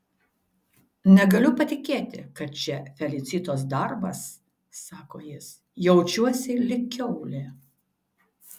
negaliu patikėti kad čia felicitos darbas sako jis jaučiuosi lyg kiaulė